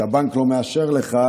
כשהבנק לא מאשר לך,